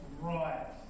right